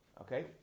Okay